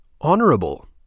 honorable